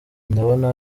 ndabona